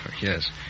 Yes